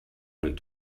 went